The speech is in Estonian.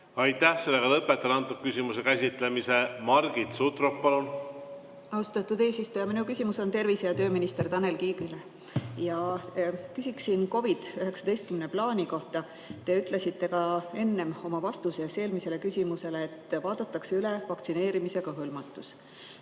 Aitäh! Lõpetan selle küsimuse käsitlemise. Margit Sutrop, palun! Austatud eesistuja! Minu küsimus on tervise‑ ja tööminister Tanel Kiigele. Küsin COVID-19 plaani kohta. Te ütlesite ka enne oma vastuses eelmisele küsimusele, et vaadatakse üle vaktsineerimisega hõlmatus.